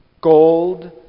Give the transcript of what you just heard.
gold